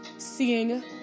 Seeing